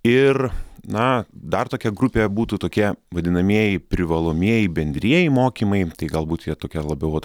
ir na dar tokia grupė būtų tokie vadinamieji privalomieji bendrieji mokymai tai galbūt jie tokie labiau vat